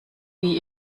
wie